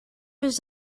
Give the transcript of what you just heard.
was